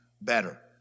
better